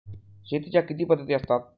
शेतीच्या किती पद्धती असतात?